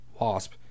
wasp